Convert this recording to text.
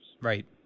Right